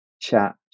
chat